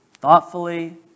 thoughtfully